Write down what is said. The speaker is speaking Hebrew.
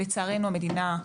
לצערנו המדינה,